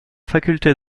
facultés